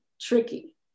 tricky